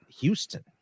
Houston